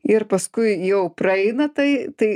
ir paskui jau praeina tai tai